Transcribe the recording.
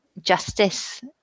justice